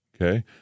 okay